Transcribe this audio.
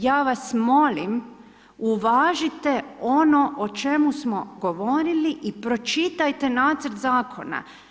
Ja vas molim, uvažite ono o čemu smo govorili i pročitate nacrt zakona.